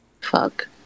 Fuck